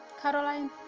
Caroline